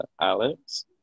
Alex